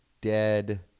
dead